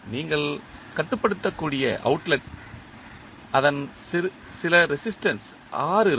நீங்கள் கட்டுப்படுத்தக்கூடிய அவுட்லெட் ன் சில ரெசிஸ்டன்ஸ் R இருக்கும்